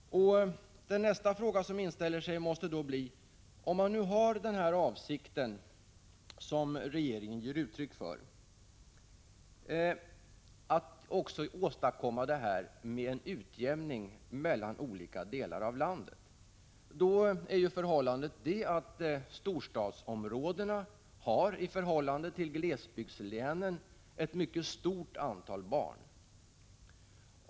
Då inställer sig också en följdfråga. Regeringen ger ju uttryck för en avsikt att åstadkomma en utjämning mellan olika delar av landet. Storstadsområdena har i förhållande till glesbygdslänen ett mycket stort antal barn.